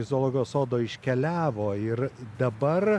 iš zoologijos sodo iškeliavo ir dabar